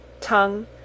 tongue